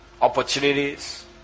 opportunities